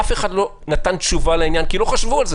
אף אחד לא נתן תשובה לעניין כי לא חשבו על זה.